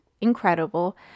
Incredible